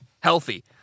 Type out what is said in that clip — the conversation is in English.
healthy